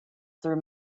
through